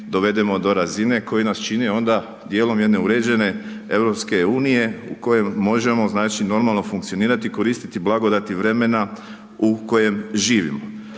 dovedemo do razine koji nas čini onda dijelom jedne uređene EU u kojem možemo znači normalno funkcionirati i koristiti blagodati vremena u kojem živimo.